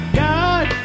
god